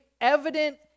evident